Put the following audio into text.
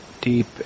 deep